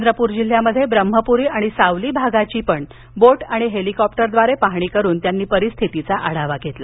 चंद्रपूर जिल्ह्यात ब्रह्मपुरी आणि सावली भागाची सतत तीन दिवस बोट आणि हेलिकॉप्टरद्वारे पाहणी करून परिस्थितीचा आढावा घेतला